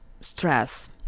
stress